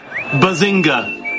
Bazinga